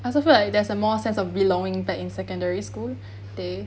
I also feel like there's a more sense of belonging back in secondary school day